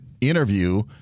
interview